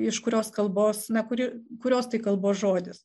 iš kurios kalbos na kuri kurios tai kalbos žodis